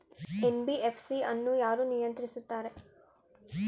NBFC ಅನ್ನು ಯಾರು ನಿಯಂತ್ರಿಸುತ್ತಾರೆ?